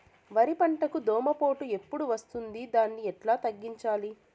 వరి పంటకు దోమపోటు ఎప్పుడు వస్తుంది దాన్ని ఎట్లా తగ్గించాలి?